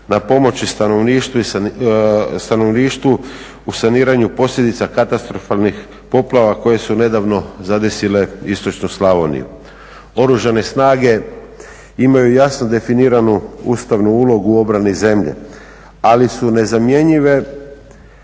na pomoći stanovništvu u saniranju posljedica katastrofalnih poplava koje su nedavno zadesile istočnu Slavoniju. Oružane snage imaju jasno definiranu ustavnu ulogu u obrani zemlje, ali su nezamjenjive